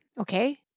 Okay